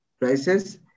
prices